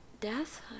Death